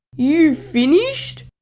you've finished?